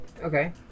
Okay